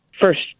first